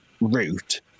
route